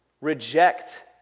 reject